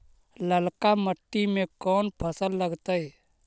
ललका मट्टी में कोन फ़सल लगतै?